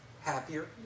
Happier